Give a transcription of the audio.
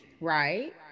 right